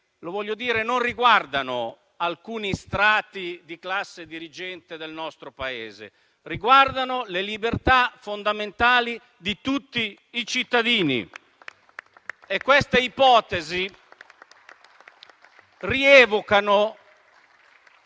non riguardano alcuni strati di classe dirigente del nostro Paese, ma libertà fondamentali di tutti i cittadini. Queste ipotesi rievocano